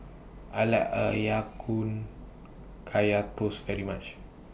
I like A Ya Kun Kaya Toast very much